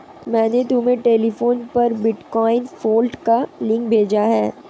मैंने तुम्हें टेलीग्राम पर बिटकॉइन वॉलेट का लिंक भेजा है